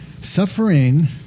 suffering